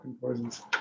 poisons